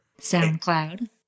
SoundCloud